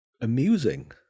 amusing